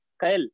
Kyle